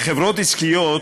חברות עסקיות,